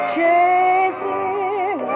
Chasing